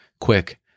Quick